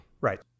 Right